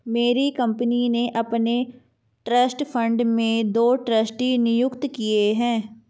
मेरी कंपनी ने अपने ट्रस्ट फण्ड में दो ट्रस्टी नियुक्त किये है